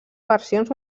versions